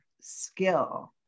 skill